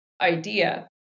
idea